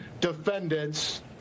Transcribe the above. defendants